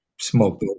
smoke